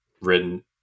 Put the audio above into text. written